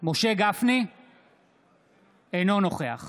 אינו נוכח